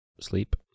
sleep